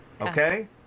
Okay